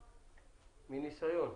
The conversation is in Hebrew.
מניסיון,